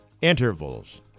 Intervals